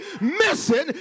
missing